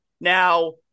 Now